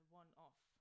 one-off